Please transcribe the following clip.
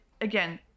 Again